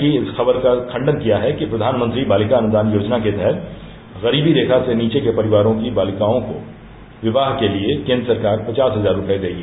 केन्द्र सरकार ने एक वेबसाइट की इस खबर का खंडन किया है कि प्रवानमंत्री बालिका अनुदान योजना के तहत गरीबी रेखा से नीचे के परिवारों की बालिकाओं को विवाह के लिए केन्द्र सरकार पचास हजार रूपये देगी